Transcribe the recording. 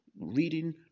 reading